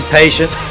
patient